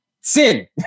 sin